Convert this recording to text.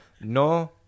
no